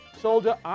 soldier